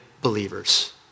believers